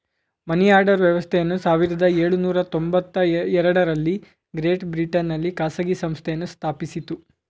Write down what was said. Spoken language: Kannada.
ಮನಿಆರ್ಡರ್ ವ್ಯವಸ್ಥೆಯನ್ನು ಸಾವಿರದ ಎಳುನೂರ ತೊಂಬತ್ತಎರಡು ರಲ್ಲಿ ಗ್ರೇಟ್ ಬ್ರಿಟನ್ ನಲ್ಲಿ ಖಾಸಗಿ ಸಂಸ್ಥೆಯನ್ನು ಸ್ಥಾಪಿಸಿತು